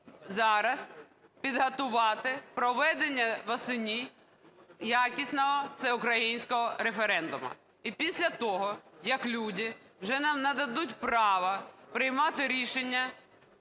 зараз підготувати проведення восени якісного всеукраїнського референдуму. І після того, як люди вже нам нададуть право приймати рішення